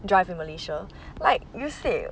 drive in malaysia like you said